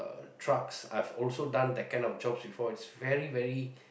trucks I've also done that kind of jobs before is very very